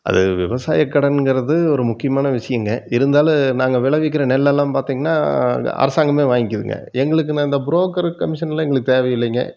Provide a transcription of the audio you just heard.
அது விவசாய கடனுங்கிறது ஒரு முக்கியமான விஷயங்க இருந்தாலும் நாங்கள் விளைவிக்கிற நெல்லெல்லாம் பார்த்திங்கனா அரசாங்கமே வாங்கிக்கிதுங்க எங்களுக்கு நாங்கள் இந்த புரோக்கர் கமிஷனெலாம் எங்களுக்கு தேவையில்லைங்க